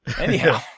Anyhow